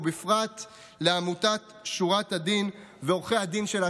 ובפרט לעמותת שורת הדין ועורכי הדין שלה,